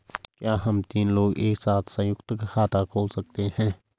क्या हम तीन लोग एक साथ सयुंक्त खाता खोल सकते हैं?